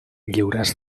lliures